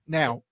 now